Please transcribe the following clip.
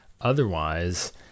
otherwise